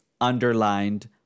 underlined